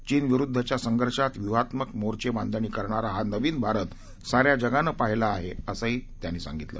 चीनविरुद्धच्या संघर्षात व्यूहात्मक मोर्चबांधणी करणारा हा नवीन भारत साऱ्या जगानं पाहिला आहे असंही त्यांनी सांगितलं